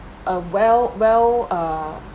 a well well err